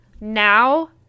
now